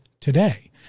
today